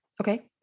Okay